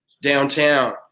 downtown